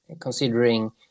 considering